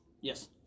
Yes